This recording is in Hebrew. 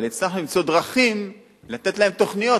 אבל הצלחנו למצוא דרכים לתת להם תוכניות